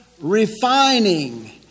refining